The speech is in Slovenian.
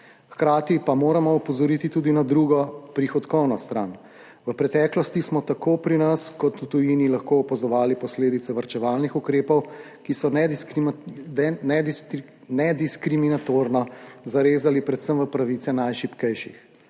Hkrati pa moramo opozoriti tudi na drugo, prihodkovno stran. V preteklosti smo tako pri nas kot v tujini lahko opazovali posledice varčevalnih ukrepov, ki so nediskriminatorno zarezali predvsem v pravice najšibkejših.